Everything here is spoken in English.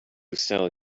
style